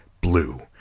Blue